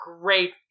great